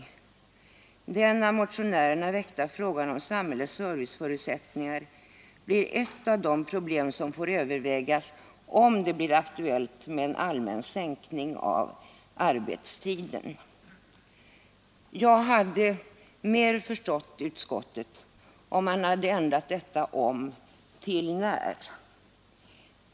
Utskottet säger vidare: ”Den av motionärerna väckta frågan om samhällets serviceförutsättningar blir ett av de problem som får övervägas om det blir aktuellt med en allmän sänkning av arbetstiden.” Jag hade mer förstått utskottet, om det i stället för ”om” hade stått ”när”.